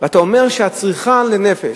ואומר שהצריכה לנפש,